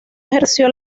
ejerció